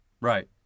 Right